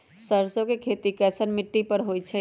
सरसों के खेती कैसन मिट्टी पर होई छाई?